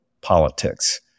politics